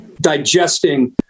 digesting